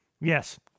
Yes